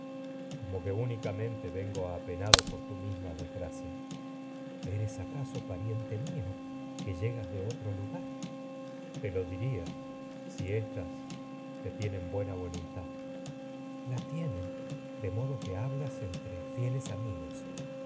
como que únicamente vengo apenado por tu misma desgracia electra otro eres acaso pariente mío que llegas de lugar te lo orestes luntad diría si éstas te tienen buena vo electra la fieles tienen de modo que hablas entre amigos